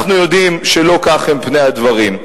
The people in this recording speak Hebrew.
אנחנו יודעים שלא כך הם פני הדברים.